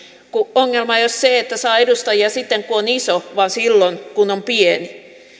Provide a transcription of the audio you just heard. ongelmahan ei ole se että saa edustajia sitten kun on iso vaan että saisi silloin kun on pieni